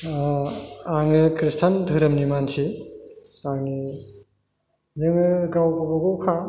आङो ख्रिस्तान धोरोमनि मानसि आंनि जोङो गाव गाव गावबागाव खा